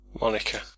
Monica